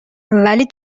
ولی